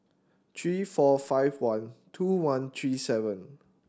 three four five one two one three seven